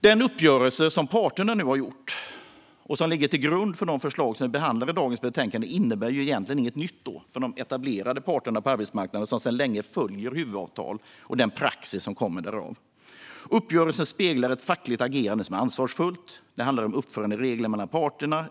Den uppgörelse som parterna nu har gjort och som ligger till grund för de förslag som vi behandlar i dagens betänkande innebär egentligen inget nytt för de etablerade parterna på arbetsmarknaden, som sedan länge följer huvudavtalet och den praxis som kommer därav. Uppgörelsen speglar ett fackligt agerande som är ansvarsfullt. Det handlar om uppföranderegler mellan parterna.